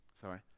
Sorry